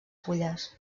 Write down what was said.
fulles